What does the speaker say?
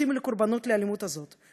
הופכים לקורבנות לאלימות הזאת,